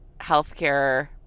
healthcare